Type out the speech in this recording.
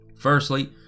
Firstly